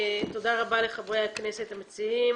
תודה רבה לחברי הכנסת המציעים